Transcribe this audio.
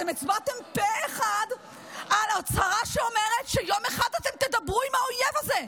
אתם הצבעתם פה אחד על הצהרה שאומרת שיום אחד אתם תדברו עם האויב הזה,